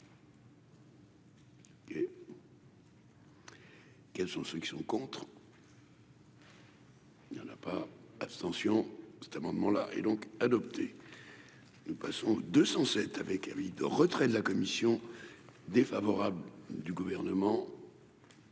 Quels sont ceux qui sont contre. Il y en a pas abstention cet amendement là et donc adopté, nous passons 207 avec Éric de retrait de la commission défavorable du gouvernement